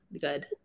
Good